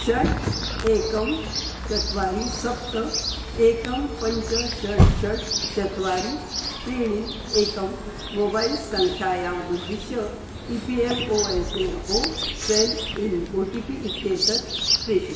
षट् एकं चत्वारि सप्त एकं पञ्च षट् षट् चत्वारि त्रीणि एकं मोबैल् सङ्ख्यायाम् उद्दिश्य E P F O S O sign in O T P इत्येतत् प्रेषितम्